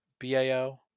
BAO